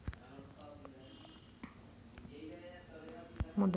मुद्रा चलनात सोने, चांदी आणि इतर वस्तूंचा समावेश होतो